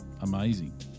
amazing